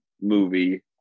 movie